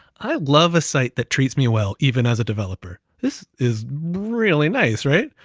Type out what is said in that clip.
i love a site that treats me well, even as a developer. this is really nice, right?